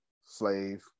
slave